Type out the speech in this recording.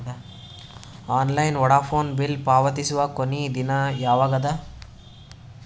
Online Vodafone bill ಪಾವತಿಸುವ ಕೊನಿ ದಿನ ಯವಾಗ ಅದ?